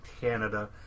Canada